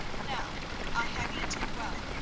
now i have eaten well,